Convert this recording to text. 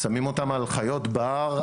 שמים אותם על חיות בר,